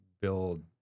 build